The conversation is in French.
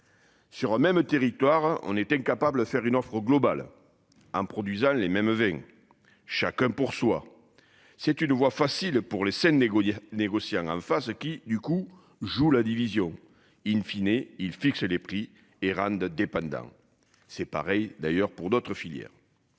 Sur un même territoire, on était incapables faire une offre globale hein produisant les mêmes 20 chacun pour soi. C'est une voie facile pour les scènes négocié négocié en face qui du coup joue la division in fine et il fixait les prix et rendent dépendants c'est pareil d'ailleurs pour d'autres filières.